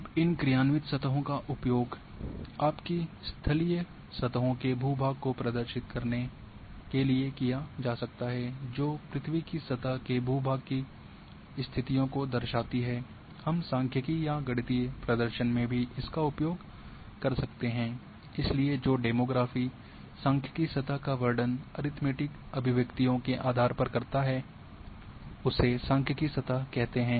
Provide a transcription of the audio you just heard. अब इन क्रियान्वित सतहों का उपयोग आपकी स्थलीय सतहों के भू भाग को प्रदर्शित करने के लिए किया जा सकता है जो पृथ्वी की सतह के भू भाग की स्थितियों को दर्शाती है हम सांख्यिकी या गणितीय प्रदर्शन में भी इसका उपयोग कर सकते हैं इसलिए जो डेमोग्राफी सांख्यिकी सतह का वर्णन अरिथमैटिक अभिव्यक्तियों के आधार पर करता उसे सांख्यिकी सतह कहते है